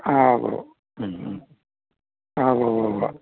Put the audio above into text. ആ ഊവ്വ് ഉം ഉം ആ ഊവ്വുവ്വുവ്വ്